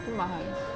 tapi mahal